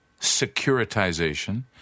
securitization